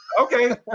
Okay